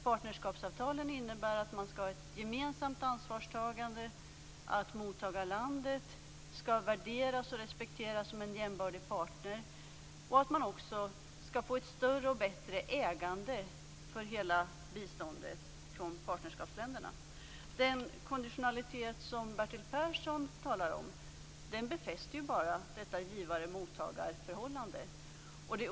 Partnerskapsavtalen innebär att man skall ha ett gemensamt ansvarstagande, att mottagarlandet skall värderas och respekteras som en jämbördig partner och att partnerskapsländerna också skall få ett större och bättre ägande för hela biståndet. Den konditionalitet som Bertil Persson talar om befäster bara givarmottagar-förhållandet.